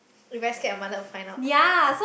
very scared my mother will find out